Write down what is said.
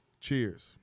Cheers